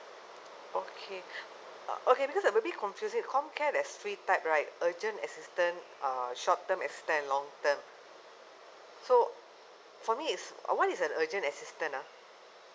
okay uh okay because I'm a bit confusing comcare there's three type right urgent assistance uh short term assistance and long term so for me it's uh what is a urgent assistance ah